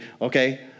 okay